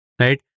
Right